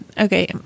Okay